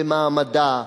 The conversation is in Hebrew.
במעמדה,